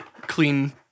Clean